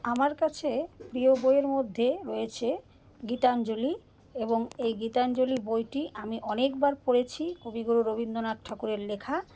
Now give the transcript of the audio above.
আমার কাছে প্রিয় বইয়ের মধ্যে রয়েছে গীতাঞ্জলি এবং এই গীতাঞ্জলি বইটি আমি অনেকবার পড়েছি কবিগুরু রবীন্দ্রনাথ ঠাকুরের লেখা